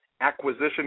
acquisition